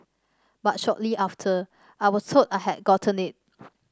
but shortly after I was told I had gotten it